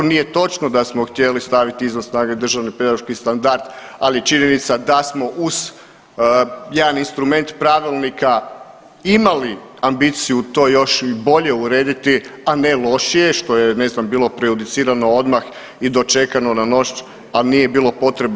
Nije točno da smo htjeli staviti izvan snage državni pedagoški standard, ali je činjenica da smo uz jedan instrument pravilnika imali ambiciju to još i bolje urediti, a ne lošije što je ne znam bilo prejudicirano odmah i dočekano na nož, a nije bilo potrebe.